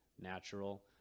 natural